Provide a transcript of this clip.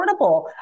affordable